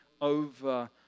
over